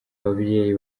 ababyeyi